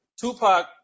Tupac